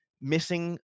missing